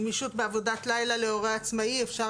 "גמישות בעבודת לילה להורה עצמאי" אפשר